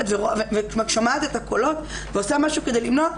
וגם שומעת את הקולות ועושה משהו כדי למנוע,